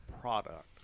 product